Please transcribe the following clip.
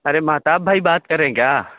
ارے مہتاب بھائی بات کر رہے ہیں کیا